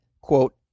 quote